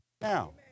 now